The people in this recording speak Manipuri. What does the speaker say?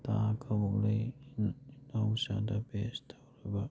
ꯇꯥ ꯀꯕꯣꯛꯂꯩ ꯏꯅꯥꯎꯆꯥꯗ ꯕꯦꯖ ꯇꯧꯔꯒ